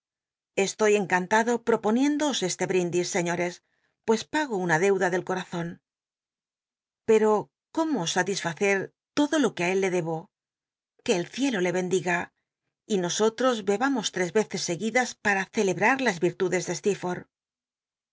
estoy encantado poponiéndoos este brindis señores pues pago una deuda del corazon pero cómo satisfacer todo lo que á él le debo que el cielo le bendiga y nosotros bebamos tres veces seguidas para celebrar las virtudes de s este